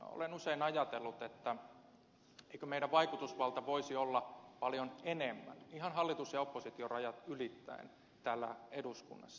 olen usein ajatellut eikö meidän vaikutusvaltamme voisi olla paljon suurempi ihan hallitus ja oppositiorajat ylittäen täällä eduskunnassa